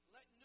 Let